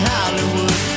Hollywood